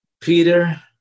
Peter